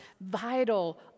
vital